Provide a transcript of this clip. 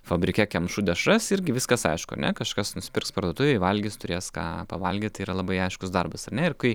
fabrike kemšu dešras irgi viskas aišku ane kažkas nusipirks parduotuvėj valgys turės ką pavalgyt tai yra labai aiškus darbas ar ne ir kai